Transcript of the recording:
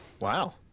Wow